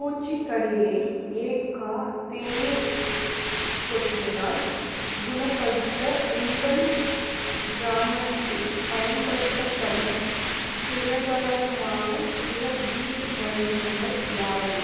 பூச்சிக்கடியை ஏக்கா தேனீ கொட்டினால் குணப்படுத்த உங்கள் கிராமத்தில் பயன்படுத்தப்படும் பிரபலமான சில வீட்டு வைத்தியங்கள் யாவை